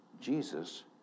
Jesus